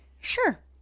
sure